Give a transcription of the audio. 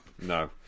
No